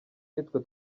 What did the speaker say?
nitwe